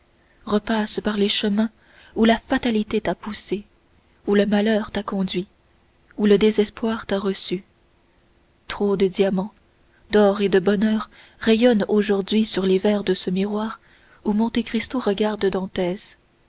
repasse par les chemins où la fatalité t'a poussé où le malheur t'a conduit où le désespoir t'a reçu trop de diamants d'or et de bonheur rayonnent aujourd'hui sur les verres de ce miroir où monte cristo regarde dantès